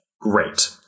Great